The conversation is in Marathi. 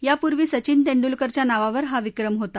यापूर्वी सचिन तेंडूलकरच्या नावावर हा विक्रम होता